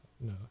No